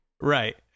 Right